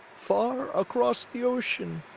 far across the ocean.